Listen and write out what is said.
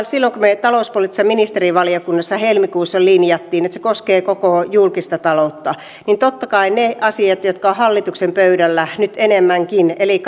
silloin kun me talouspoliittisessa ministerivaliokunnassa helmikuussa sen osalta linjasimme että se koskee koko julkista taloutta niin totta kai mietimme mitä kustannussäästöjä pystymme löytämään niistä asioista jotka ovat hallituksen pöydällä nyt enemmänkin eli